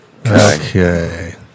okay